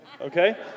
okay